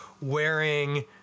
wearing